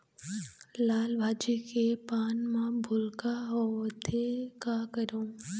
लाल भाजी के पान म भूलका होवथे, का करों?